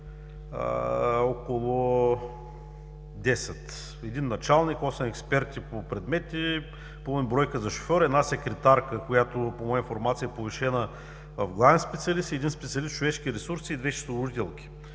около 10 – един началник, осем експерти по предмети, половин бройка за шофьори, една секретарка, която по моя информация е повишена в главен специалист, един специалист „Човешки ресурси“, две счетоводителки.